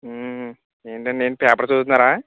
ఏంటి అండి ఏంటి పేపర్ చదువుతున్నారా